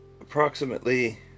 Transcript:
approximately